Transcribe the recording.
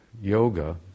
yoga